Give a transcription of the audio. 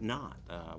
not